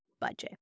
Budget